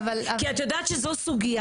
כי את יודעת שזו סוגיה,